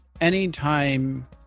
anytime